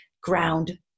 ground